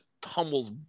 tumbles